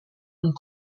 und